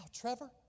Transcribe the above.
Trevor